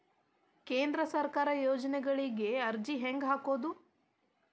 ಕೇಂದ್ರ ಸರ್ಕಾರದ ಯೋಜನೆಗಳಿಗೆ ಅರ್ಜಿ ಹೆಂಗೆ ಹಾಕೋದು?